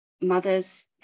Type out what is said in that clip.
mothers